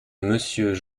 monsieur